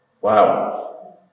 Wow